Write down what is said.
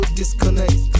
disconnect